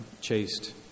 chaste